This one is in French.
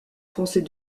français